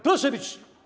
Proszę być.